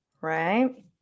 Right